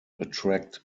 attract